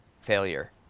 failure